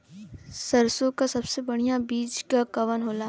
सरसों क सबसे बढ़िया बिज के कवन होला?